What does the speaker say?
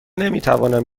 نمیتوانم